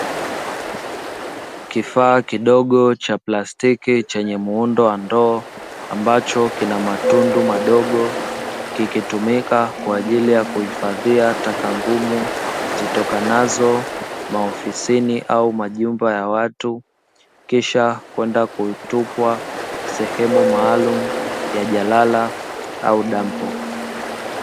Kifaa kidogo cha plasitki chenye muundo wa ndoo, ambacho kina matundu madogo, kikitumika kwa ajili ya kuhifadhia taka ngumu; zitokanazo maofisini au majumba ya watu, kisha kwenda kutupwa sehemu maalumu ya jalala au dampo.